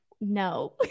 No